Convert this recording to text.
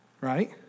Right